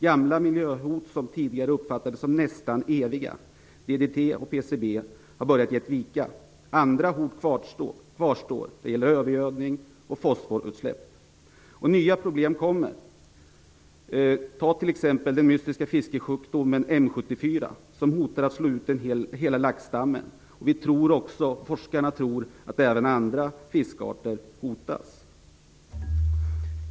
Gamla miljöhot som tidigare uppfattats som nästan eviga, DDT och PCB, har börjat ge vika. Andra hot kvarstår - det gäller övergödning och fosforutsläpp - och nya problem kommer. Ta t.ex. den mystiska fisksjukdomen M74 som hotar att slå ut hela laxstammen. Forskarna tror att även andra fiskarter hotas.